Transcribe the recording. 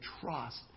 trust